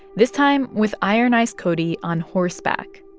this time with iron eyes cody on horseback.